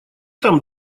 там